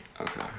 Okay